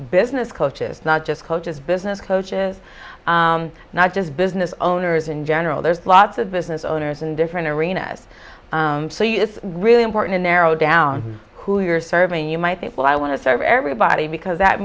business coaches not just coaches business coaches not just business owners in general there's lots of business owners in different arenas so you it's really important a narrow down who you're serving you might think well i want to serve everybody because that